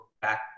back